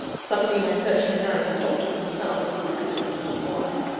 suddenly, my searching hands stopped of themselves, i could not tell why.